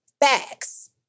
facts